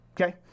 okay